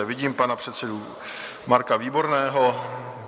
Vidím pana předsedu Marka Výborného.